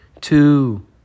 two